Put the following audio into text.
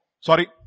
Sorry